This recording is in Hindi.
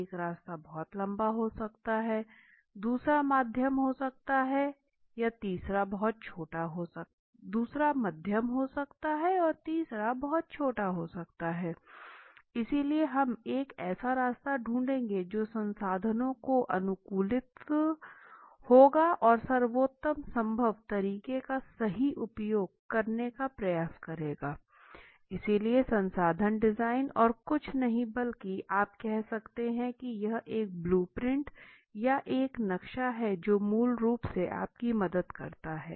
एक रास्ता बहुत लंबा हो सकता है दूसरा मध्यम हो सकता है और तीसरा बहुत छोटा हो सकता है इसलिए हम एक ऐसा रास्ता ढूंढेंगे जो संसाधनों को अनुकूलित होगा और सर्वोत्तम संभव तरीके का सही उपयोग करने का प्रयास करेगा इसलिए संसाधन डिजाइन और कुछ नहीं बल्कि आप कह सकते हैं कि यह एक ब्लू प्रिंट या एक नक्शा है जो मूल रूप से आपकी मदद करता है